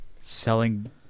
selling